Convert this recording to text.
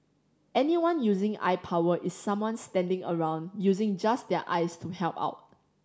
anyone using eye power is someone standing around using just their eyes to help out